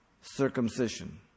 circumcision